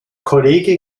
kollege